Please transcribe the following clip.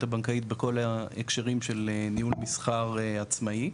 הבנקאית בכל ההקשרים של ניהול מסחר עצמאי.